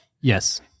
yes